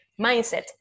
mindset